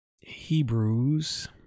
Hebrews